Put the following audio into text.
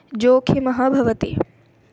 जोखिमः भवति